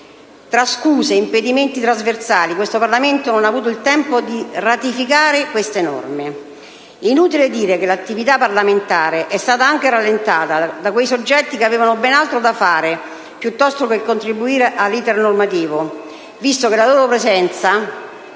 Tra scuse ed impedimenti trasversali, questo Parlamento non ha avuto il tempo di ratificare queste norme. Inutile dire che l'attività parlamentare è stata anche rallentata da quei soggetti che avevano ben altro da fare piuttosto che contribuire all'*iter* normativo, visto che la loro presenza